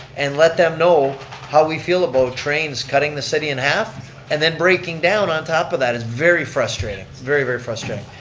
and let them know how we feel about trains cutting the city in half and then breaking down on top of that is very frustrating, very, very frustrating.